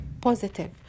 positive